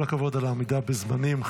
כל הכבוד על העמידה בזמנים,